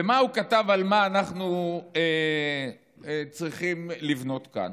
ומה הוא כתב על מה שאנחנו צריכים לבנות כאן?